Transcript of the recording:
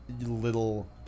little